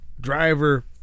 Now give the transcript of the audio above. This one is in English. driver